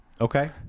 Okay